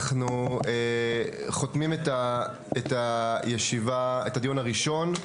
אנחנו חותמים את הדיון הראשון.